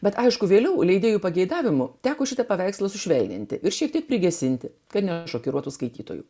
bet aišku vėliau leidėjų pageidavimu teko šitą paveikslą sušvelninti ir šiek tiek prigesinti kad šokiruotų skaitytojų